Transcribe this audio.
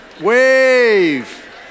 Wave